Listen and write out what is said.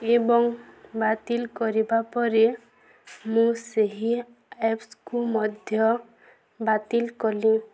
ଏବଂ ବାତିଲ କରିବା ପରେ ମୁଁ ସେହି ଆପ୍ସକୁ ମଧ୍ୟ ବାତିଲ କଲି